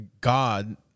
God